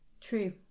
true